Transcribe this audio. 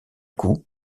coup